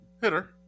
Hitter